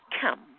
come